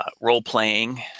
role-playing